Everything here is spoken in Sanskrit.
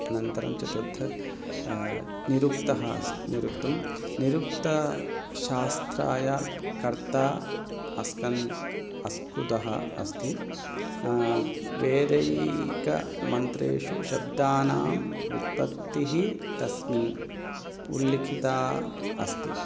अनन्तरं चतुर्थः निरुक्तः अस् निरुक्तं निरुक्तशास्त्रस्य कर्ता अस्कन् अस्कुदः अस्ति वैदिकमन्त्रेषु शब्दानां व्युत्पत्तिः तस्मिन् उल्लिखिता अस्ति